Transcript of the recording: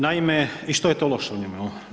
Naime, i što je to loše u njemu?